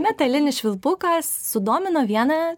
metalinis švilpukas sudomino vieną